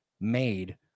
made